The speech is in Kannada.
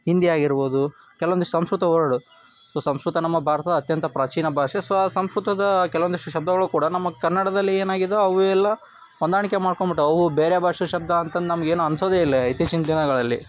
ಹಿಂದಿ ಆಗಿರ್ಬೋದು ಕೆಲವೊಂದಿಷ್ಟು ಸಂಸ್ಕೃತ ವರ್ಡು ಸೊ ಸಂಸ್ಕೃತ ನಮ್ಮ ಭಾರತದ ಅತ್ಯಂತ ಪ್ರಾಚೀನ ಭಾಷೆ ಸೊ ಆ ಸಂಸ್ಕೃತದ ಕೆಲವೊಂದಿಷ್ಟು ಶಬ್ದಗಳು ಕೂಡ ನಮ್ಮ ಕನ್ನಡ್ದಲ್ಲಿ ಏನಾಗಿದೆ ಅವು ಎಲ್ಲ ಹೊಂದಾಣಿಕೆ ಮಾಡ್ಕೊಂಡು ಬಿಟ್ಟಿವೆ ಅವು ಬೇರೆ ಭಾಷೆ ಶಬ್ದ ಅಂತಂದು ನಮಗೇನೂ ಅನ್ನಿಸೋದೇ ಇಲ್ಲ ಇತ್ತೀಚಿನ ದಿನಗಳಲ್ಲಿ